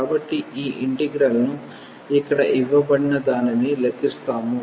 కాబట్టి ఈ ఇంటిగ్రల్ ను ఇక్కడ ఇవ్వబడిన దానిని లెక్కిస్తాము